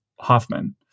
Hoffman